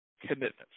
commitments